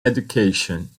education